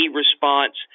response